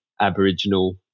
aboriginal